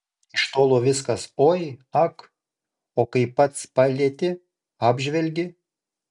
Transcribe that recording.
iš tolo viskas oi ak o kai pats palieti apžvelgi